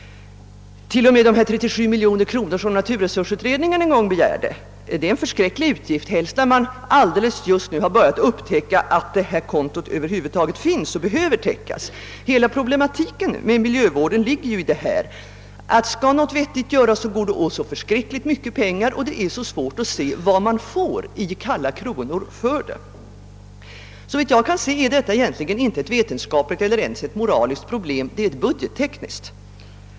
Till och med de 37 miljoner kronor som naturresursutredningen begärt är en oerhört stor utgift, särskilt som man just har börjat upptäcka att detta konto över huvud taget finns och behöver täckas: Hela problematiken kring miljövården ligger ju i förhållandet att det går åt så mycket pengar för att göra en verklig insats och att det är så svårt att i kalla kronor se vad man får ut för dem. Detta är såvitt jag kan se egentligen inte ett naturvetenskapligt eller ens ett moraliskt problem, i varje fall inte till att börja med, utan ett budgettekniskt.